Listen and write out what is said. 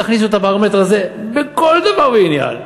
תכניסו את הפרמטר הזה בכל דבר ועניין,